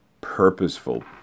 purposeful